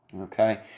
Okay